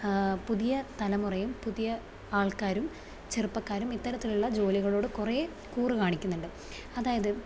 പുതിയ തലമുറയും പുതിയ ആൾക്കാരും ചെറുപ്പക്കാരും ഇത്തരത്തിലുള്ള ജോലികളോട് കുറേ കൂറു കാണിക്കുന്നുണ്ട് അതായത്